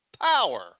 power